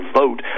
vote